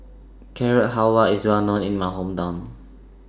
Carrot Halwa IS Well known in My Hometown